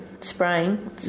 spraying